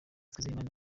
twizeyimana